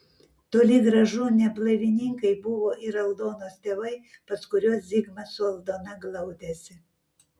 toli gražu ne blaivininkai buvo ir aldonos tėvai pas kuriuos zigmas su aldona glaudėsi